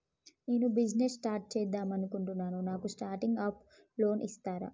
నేను business start చేద్దామనుకుంటున్నాను నాకు స్టార్టింగ్ అప్ లోన్ ఇస్తారా?